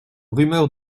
rumeur